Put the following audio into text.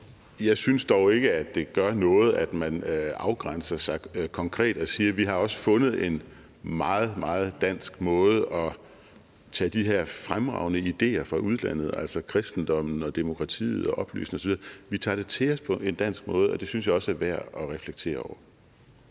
Jeg synes dog ikke, at det gør noget, at man afgrænser sig konkret og siger: Vi har også fundet en meget, meget dansk måde at tage de her fremragende ideer fra udlandet – altså kristendommen, demokratiet og oplysningen osv. – til os på. Og det synes jeg også er værd at reflektere over.